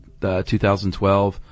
2012